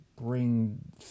bring